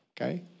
okay